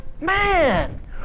Man